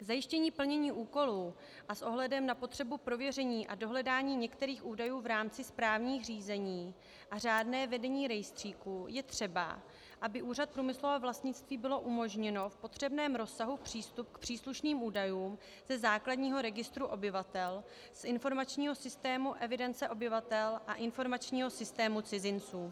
K zajištění plnění úkolů a s ohledem na potřebu prověření a dohledání některých údajů v rámci správních řízení a řádné vedení rejstříku je třeba, aby Úřadu průmyslového vlastnictví byl umožněn v potřebném rozsahu přístup k příslušným údajům ze základního registru obyvatel, z informačního systému evidence obyvatel a informačního systému cizinců.